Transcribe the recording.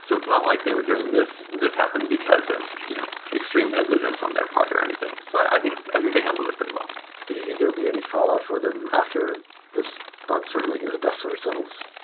so it's not like they were doing this, this happened because of you know extreme negligence on their part or anything. so i think i think they handled it pretty well do you think there will be any follow up for them after this bug sort of like the dust sort of settles?